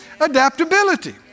adaptability